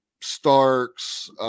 Starks